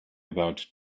about